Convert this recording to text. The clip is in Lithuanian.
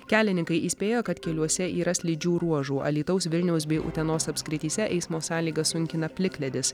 kelininkai įspėja kad keliuose yra slidžių ruožų alytaus vilniaus bei utenos apskrityse eismo sąlygas sunkina plikledis